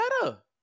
better